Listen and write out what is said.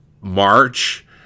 March